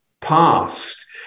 past